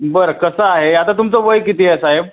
बरं कसं आहे आता तुमचं वय किती आहे साहेब